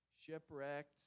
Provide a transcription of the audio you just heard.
shipwrecked